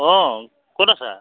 অঁ ক'ত আছা